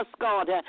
God